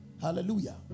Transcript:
Hallelujah